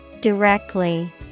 Directly